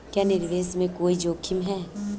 क्या निवेश में कोई जोखिम है?